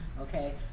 okay